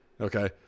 okay